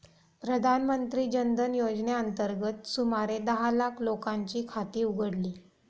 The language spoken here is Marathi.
प्रधानमंत्री जन धन योजनेअंतर्गत सुमारे दहा लाख लोकांची खाती उघडली